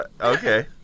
Okay